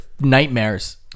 nightmares